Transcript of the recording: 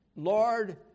Lord